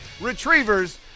Retrievers